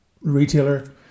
retailer